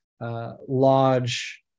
large